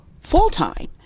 full-time